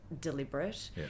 deliberate